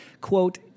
Quote